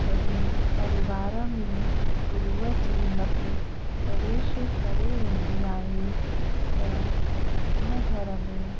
जॾहिं परिवार में गुरूअ जी मत प्रवेश करी वेंदी आहे त हुन घर में